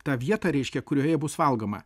tą vietą reiškia kurioje bus valgoma